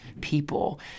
people